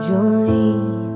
Jolene